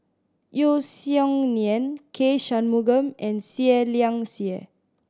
Yeo Song Nian K Shanmugam and Seah Liang Seah